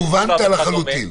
הובנת לחלוטין.